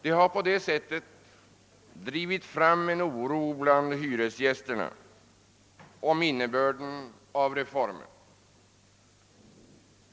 De har på det sättet drivit fram en oro bland hyresgästerna om innebörden av reformen.